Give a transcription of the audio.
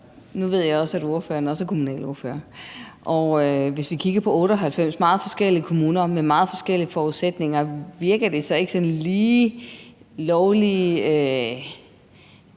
Nu ved jeg, at ordføreren også er kommunalordfører, og hvis vi kigger på 98 meget forskellige kommuner med meget forskellige forudsætninger, virker det så ikke sådan lige lovlig